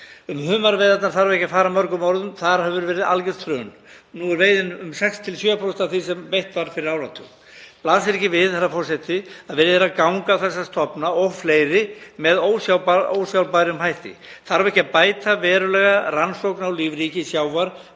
Um humarveiðarnar þarf ekki að fara mörgum orðum. Þar hefur verið algjört hrun, nú er veiðin 6–7% af því sem veitt var fyrir áratug. Blasir ekki við, herra forseti, að verið er að ganga á þessa stofna og fleiri með ósjálfbærum hætti? Þarf ekki að bæta verulega rannsókn á lífríki sjávar